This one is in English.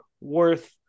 worth